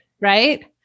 right